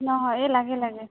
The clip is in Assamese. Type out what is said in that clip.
নহয় এই লাগে লাগে